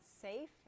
safe